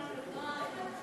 הם נוהרים.